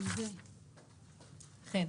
חן.